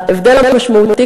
וההבדל המשמעותי,